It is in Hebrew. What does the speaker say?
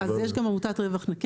אז יש גם עמותת "רווח נקי",